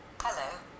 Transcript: Hello